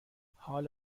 حال